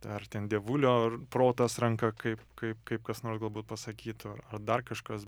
ar ten dievulio ar protas ranka kaip kaip kaip kas nors galbūt pasakytų ar dar kažkas